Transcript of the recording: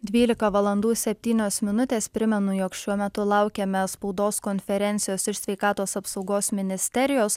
dvylika valandų septynios minutės primenu jog šiuo metu laukiame spaudos konferencijos iš sveikatos apsaugos ministerijos